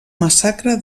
massacre